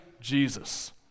Jesus